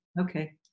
Okay